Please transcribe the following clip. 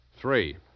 Three